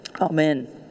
Amen